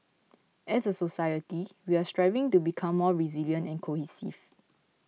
as a society we are striving to become more resilient and cohesive